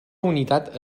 unitat